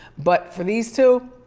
but for these two,